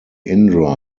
indra